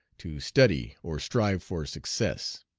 to study or strive for success.